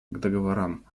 договорам